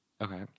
Okay